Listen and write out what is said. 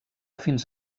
fins